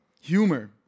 Humor